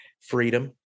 freedom